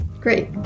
Great